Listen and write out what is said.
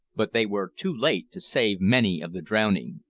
but they were too late to save many of the drowning.